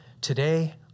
Today